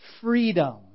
freedom